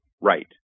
Right